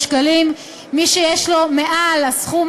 תפסיקו עם התחנונים שלכם, תנהלו את הכישלון שלכם